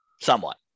somewhat